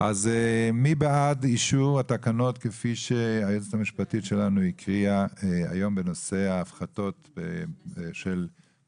מי בעד אישור התקנות כפי שהקריאה היועצת המשפטית בנושא הפחתות בעיצומים,